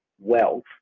wealth